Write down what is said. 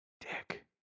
Dick